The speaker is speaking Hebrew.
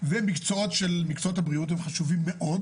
ומקצועות הבריאות הם חשובים מאוד.